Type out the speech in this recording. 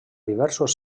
diversos